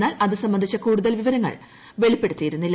എന്നാൽ അതു സംബന്ധിച്ച് കൂടുതൽ വിവരങ്ങൾ വെളിപ്പെടുത്തിയിരുന്നില്ല